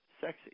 sexy